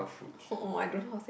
orh I don't know how to say